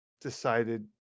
decided